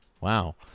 Wow